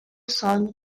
son